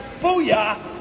Booyah